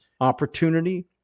opportunity